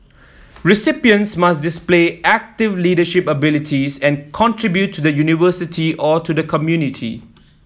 recipients must display active leadership abilities and contribute to the University or to the community